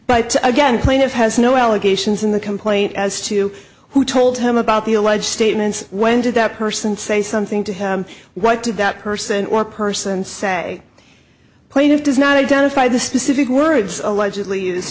but again plaintiff has no allegations in the complaint as to who told him about the alleged statements when did that person say something to him right to that person or persons say plaintive does not identify the specific words allegedly